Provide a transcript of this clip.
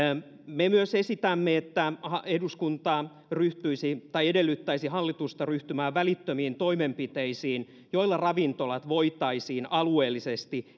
me myös esitämme että eduskunta ryhtyisi tai edellyttäisi hallitusta ryhtymään välittömiin toimenpiteisiin joilla ravintolat voitaisiin alueellisesti